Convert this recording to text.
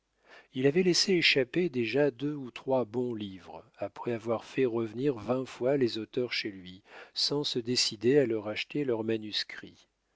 il avait laissé échapper déjà deux ou trois bons livres après avoir fait revenir vingt fois les auteurs chez lui sans se décider à leur acheter leur manuscrit